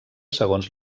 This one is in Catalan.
segons